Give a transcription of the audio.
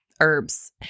herbs